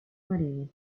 marini